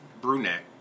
brunette